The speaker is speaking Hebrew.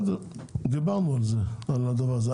דיברנו על העניין הזה.